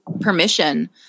permission